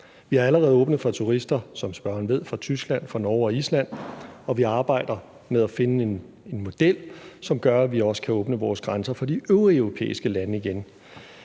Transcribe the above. Vi har allerede åbnet for turister, som spørgeren ved, fra Tyskland, fra Norge og Island, og vi arbejder med at finde en model, som gør, at vi også kan åbne vores grænser for de øvrige europæiske lande igen.